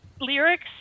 lyrics